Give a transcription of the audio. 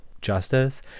justice